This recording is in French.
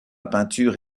peinture